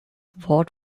wort